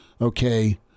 Okay